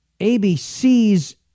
ABC's